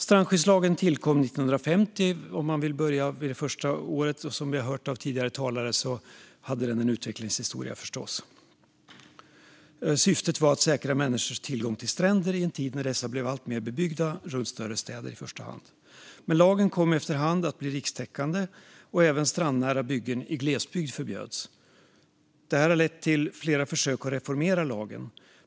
Strandskyddslagen tillkom 1950, men som vi hört av tidigare talare hade den förstås en utvecklingshistoria. Syftet var att säkra människors tillgång till stränder i en tid när dessa blev alltmer bebyggda runt i första hand större städer. Lagen kom efter hand att bli rikstäckande, och även strandnära byggen i glesbygd förbjöds. Detta har lett till flera försök att reformera lagen.